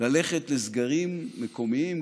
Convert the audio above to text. ללכת לסגרים מקומיים,